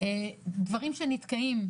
דברים שנתקעים,